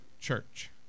church